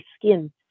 skin